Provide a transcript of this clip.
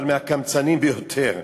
אבל מהקמצנים ביותר.